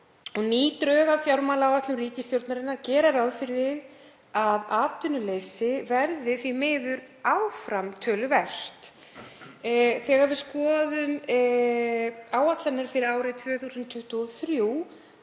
Ný drög að fjármálaáætlun ríkisstjórnarinnar gera ráð fyrir að atvinnuleysi verði því miður áfram töluvert. Þegar við skoðum áætlanir fyrir árið 2023